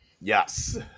Yes